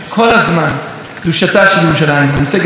שהקימה את מינהל הר הבית במשרד התרבות.